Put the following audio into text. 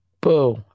boo